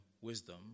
wisdom